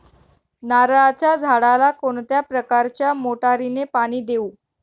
नारळाच्या झाडाला कोणत्या प्रकारच्या मोटारीने पाणी देऊ?